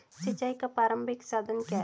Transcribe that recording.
सिंचाई का प्रारंभिक साधन क्या है?